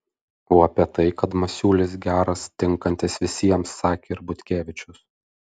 o apie tai kad masiulis geras tinkantis visiems sakė ir butkevičius